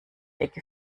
ecke